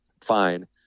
Fine